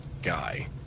guy